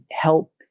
help